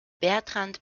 bertrand